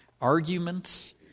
Arguments